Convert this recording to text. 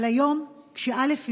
אבל היום, כשא' הגיעה,